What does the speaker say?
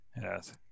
Yes